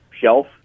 shelf